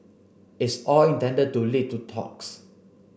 it's all intended to lead to talks